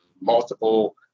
multiple